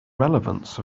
relevance